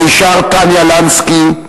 מישר טניה לנסקי,